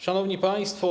Szanowni Państwo!